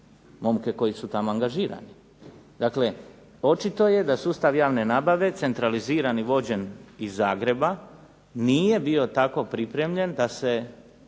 momke koji su tamo angažirani. Dakle, očito je da sustav javne nabave centraliziran i vođen iz Zagreba nije bio tako pripremljen da se